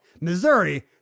Missouri